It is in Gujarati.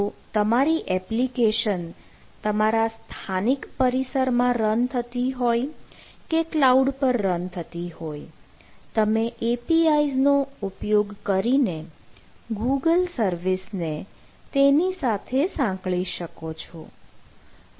તો તમારી એપ્લિકેશન તમારા સ્થાનિક પરિસરમાં રન થતી હોય કે કલાઉડ પર રન થતી હોય તમે APIs નો ઉપયોગ કરીને ગૂગલ સર્વિસને તેની સાથે સાંકળી શકો છો